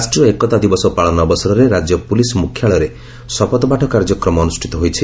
ରାଷ୍ଟୀୟ ଏକତା ଦିବସ ପାଳନ ଅବସରରେ ରାଜ୍ୟ ପୁଲିସ୍ ମୁଖ୍ୟାଳୟରେ ଶପଥପାଠ କାର୍ଯ୍ୟକ୍ରମ ଅନୁଷ୍ଷିତ ହୋଇଛି